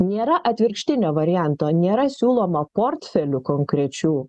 nėra atvirkštinio varianto nėra siūloma portfelių konkrečių